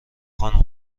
خانوم